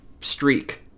streak